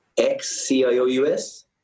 X-C-I-O-U-S